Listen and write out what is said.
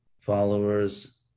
followers